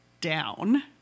down